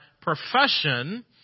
profession